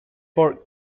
for